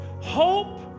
hope